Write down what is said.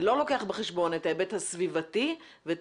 זה לא לוקח בחשבון את ההיבט הסביבתי ואת